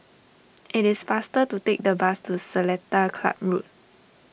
it is faster to take the bus to Seletar Club Road